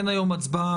אין היום הצבעה,